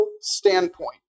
standpoint